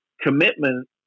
commitment